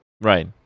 Right